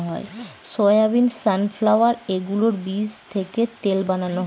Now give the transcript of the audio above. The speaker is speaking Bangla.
সয়াবিন, সানফ্লাওয়ার এগুলোর বীজ থেকে তেল বানানো হয়